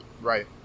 Right